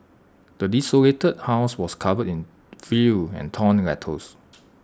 the desolated house was covered in filth and torn letters